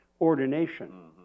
ordination